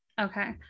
Okay